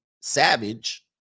savage